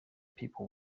people